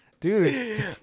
Dude